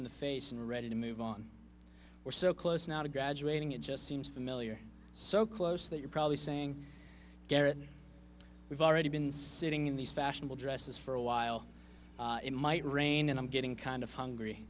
in the face and ready to move on we're so close now to graduating it just seems familiar so close that you're probably saying garrett we've already been sitting in these fashionable dresses for a while it might rain and i'm getting kind of hungry